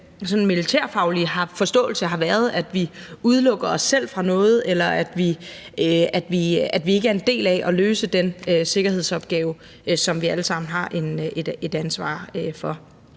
militærfaglige forståelse har været, at vi udelukker os fra noget, eller at vi ikke er en del af at løse den sikkerhedsopgave, som vi alle sammen har et ansvar for.